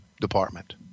department